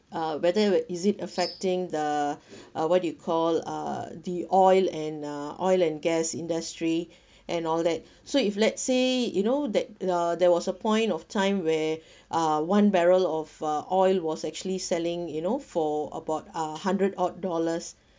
uh whether is it affecting the uh what do you call uh the oil and uh oil and gas industry and all that so if let's say you know that uh there was a point of time where uh one barrel of uh oil was actually selling you know for about a hundred odd dollars